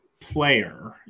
player